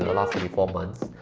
last twenty four months.